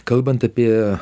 kalbant apie